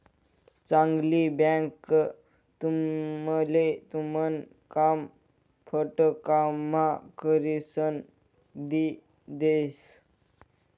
चांगली बँक तुमले तुमन काम फटकाम्हा करिसन दी देस